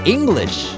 English